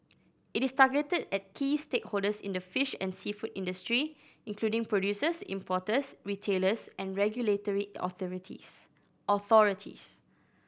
it is targeted at key stakeholders in the fish and seafood industry including producers importers retailers and regulatory authorities